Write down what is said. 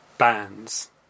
Bands